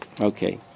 okay